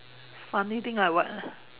funny thing like what